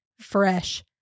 fresh